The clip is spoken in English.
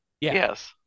Yes